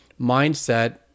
mindset